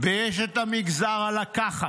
ויש את מגזר ה'לקחת'.